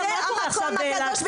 מה קורה עכשיו באל אקצה?